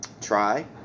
try